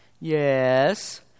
Yes